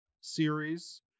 series